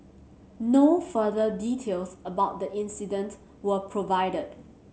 no further details about the incident were provided